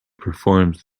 performs